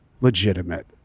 legitimate